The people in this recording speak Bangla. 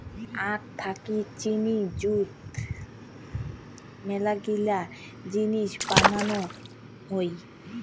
আখ থাকি চিনি যুত মেলাগিলা জিনিস বানানো হই